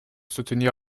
soutenir